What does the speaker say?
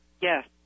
Yes